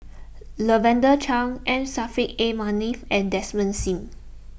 Lavender Chang M Saffri A Manaf and Desmond Sim